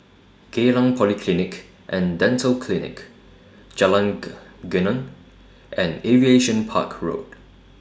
Geylang Polyclinic and Dental Clinic Jalan Geneng and Aviation Park Road